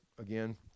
again